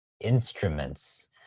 instruments